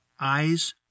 eyes